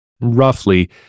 roughly